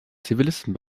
zivilisten